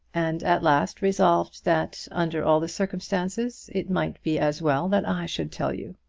and at last resolved that under all the circumstances it might be as well that i should tell you.